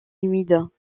humides